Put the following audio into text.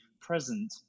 present